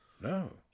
No